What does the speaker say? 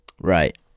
Right